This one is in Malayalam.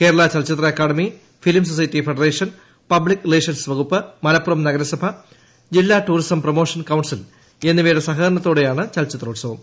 കേരള ചലച്ചിത്ര academy film society federation public relations വകുപ്പ് മലപ്പുറം നഗരസഭ ജില്ലാ ടൂറിസം പ്രൊമോഷൻ കൌൺസിൽ എന്നിവയുടെ സഹകരണത്തോടെയാണ് ചല്ലച്ചിത്രോത്സവം